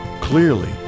Clearly